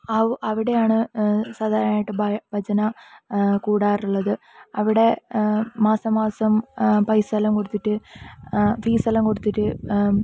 ഓ അവിടെയാണ് സാധാരണ ആയിട്ട് ഭജന കൂടാറുള്ളത് ആഹ് അവിടെ മാസം മാസം പൈസയെല്ലാം കൊടുത്തിട്ട് ഫീസെല്ലാം കൊടുത്തിട്ട്